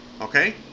okay